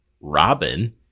Robin